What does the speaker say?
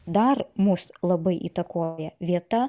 dar mus labai įtakoja vieta